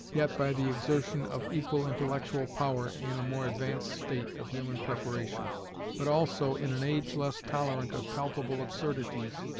yet by the exertion of equal intellectual power in a more advanced state of human preparation but also in an age less tolerant of palpable absurdities,